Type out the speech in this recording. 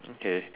okay